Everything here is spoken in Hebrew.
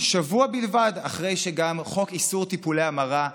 שבוע בלבד אחרי שגם חוק איסור טיפולי המרה נדחה.